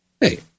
Hey